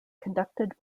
conducted